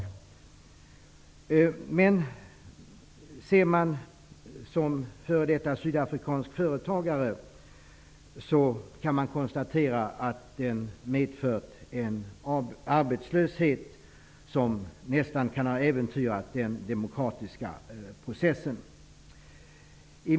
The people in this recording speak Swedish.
Men som f.d. sydafrikansk företagare kan man konstatera att sanktionspolitiken medfört en arbetslöshet som nästan kan ha äventyrat den demokratiska processen.